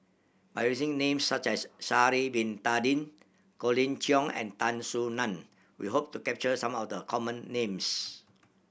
by using names such as Sha'ari Bin Tadin Colin Cheong and Tan Soo Nan we hope to capture some of the common names